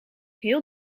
heel